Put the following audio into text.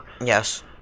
Yes